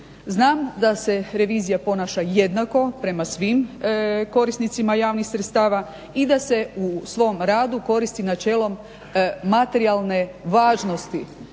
znam da se revizija ponaša jednako prema svim korisnicima javnih sredstava i da se u svom radu koristi načelom materijalne važnosti